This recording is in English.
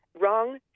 wrong